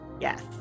Yes